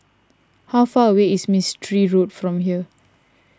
how far away is Mistri Road from here